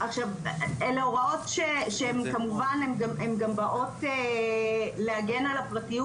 אלה הוראות שהן כמובן גם באות להגן על הפרטיות